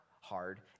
hard